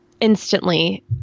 instantly